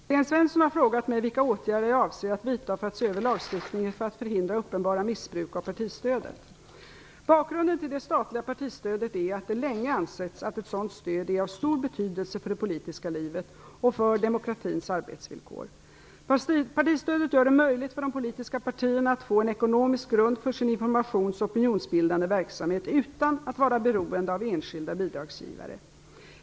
Fru talman! Sten Svensson har frågat mig vilka åtgärder jag avser att vidta för att se över lagstiftningen för att förhindra uppenbara missbruk av partistödet. Bakgrunden till det statliga partistödet är att det länge ansetts att ett sådant stöd är av stor betydelse för det politiska livet och för demokratins arbetsvillkor. Partistödet gör det möjligt för de politiska partierna att få en ekonomisk grund för sin informationsoch opinionsbildande verksamhet utan att vara beroende av enskilda bidragsgivare.